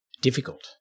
difficult